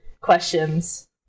questions